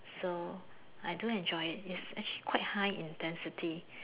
so I do enjoy it has actually quite high intensity